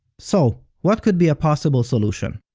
so, what could be a possible solution?